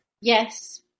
yes